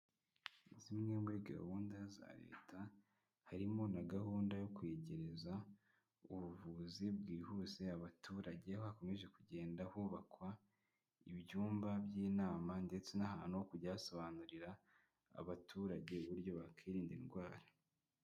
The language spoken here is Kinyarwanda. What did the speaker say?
Zimwe muri gahunda za leta, harimo na gahunda yo kwegereza ubuvuzi bwihuse abaturage, aho hakomeje kugenda hubakwa ibyumba by'inama ndetse n'ahantu ho kujya hasobanurira abaturage uburyo bakirinda indwara.